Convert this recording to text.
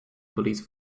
police